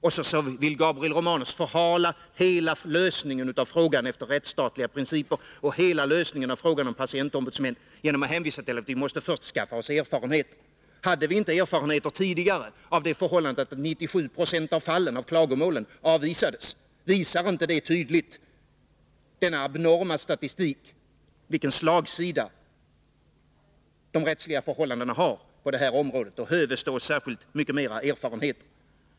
Och så vill Gabriel Romanus förhala hela lösningen av frågan efter rättsstatliga principer och hela lösningen av frågan om patientombudsmän genom att hänvisa till att vi först måste skaffa oss erfarenheter. Hade vi inte erfarenheter tidigare av det förhållandet att i 97 20 av fallen klagomålen avvisades? Visar inte denna abnorma statistik tydligt vilken slagsida de rättsliga förhållandena har på det här området? Höves då särskilt mycket mer erfarenheter?